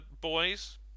boys